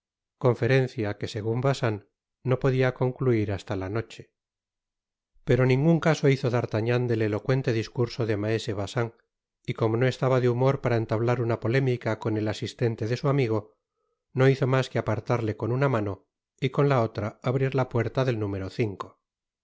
que segun bacin no podia concluir hasta la noche pero ningun caso hizo d'artagnan det elocuente discurso de maese baciu y como no estaba de humor para entablar una polémica con el asistente de su amigo no hizo mas que apartarle con una mano y con la otra abrir la puerta del número